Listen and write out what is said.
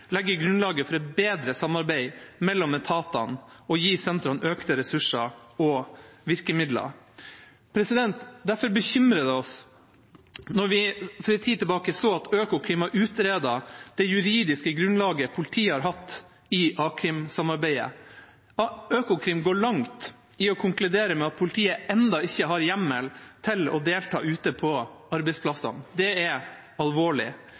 legge grunnlaget for et bedre samarbeid mellom etatene og gi sentrene økte ressurser og virkemidler. Derfor bekymrer det oss at vi for en tid tilbake så at Økokrim har utredet det juridiske grunnlaget politiet har hatt i a-krimsamarbeidet, og at Økokrim går langt i å konkludere med at politiet ennå ikke har hjemmel til å delta ute på arbeidsplassene. Det er alvorlig.